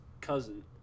cousin